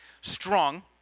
strong